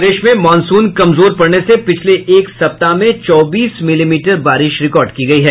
प्रदेश में मॉनसून कमजोर पड़ने से पिछले एक सप्ताह में चौबीस मिलीमीटर बारिश रिकॉर्ड की गई है